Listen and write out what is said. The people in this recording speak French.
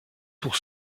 pour